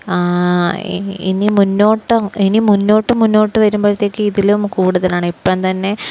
ഇനി മുന്നോട്ട് മുന്നോട്ട് വരുമ്പോഴത്തേക്കും ഇതിലും കൂടുതലാണ് ഇപ്പോള്ത്തന്നെ